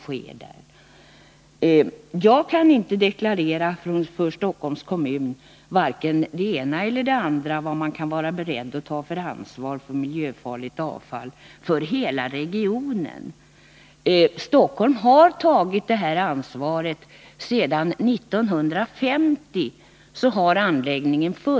Jag kan inte deklarera vare sig det ena eller det andra för Stockholms kommun. Jag kan inte säga vad Stockholms kommun kan vara beredd att ta för ansvar för miljöfarligt avfall för hela regionen. Stockholm har tagit det ansvaret. Anläggningen vid Lövsta har funnits sedan 1950.